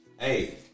Hey